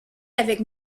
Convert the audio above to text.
avec